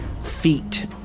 feet